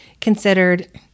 considered